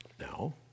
Now